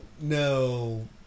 no